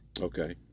Okay